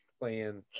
playing